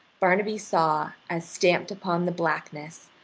barnaby saw, as stamped upon the blackness,